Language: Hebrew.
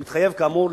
כאמור,